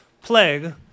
plague